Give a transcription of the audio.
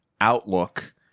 outlook